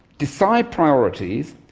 decide priorities,